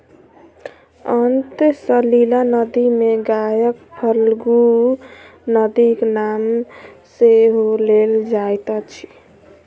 अंतः सलिला नदी मे गयाक फल्गु नदीक नाम सेहो लेल जाइत अछि